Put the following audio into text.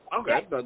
Okay